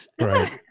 right